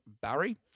Barry